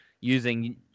using